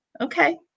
Okay